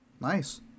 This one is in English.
Nice